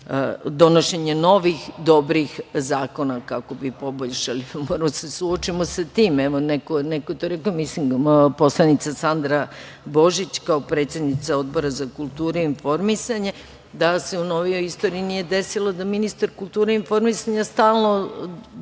donošenje novih dobrih zakona kako bi poboljšali. Moramo da se suočimo sa tim, evo, neko je to rekao, mislim da je poslanica Sandra Božić, kao predsednica Odbora za kulturu i informisanje, da se u novijoj istoriji nije desilo da ministar kulture i informisanja stalno dolazi